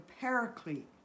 Paraclete